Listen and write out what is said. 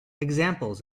examples